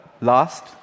last